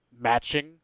matching